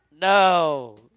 No